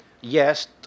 Yes